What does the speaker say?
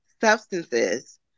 substances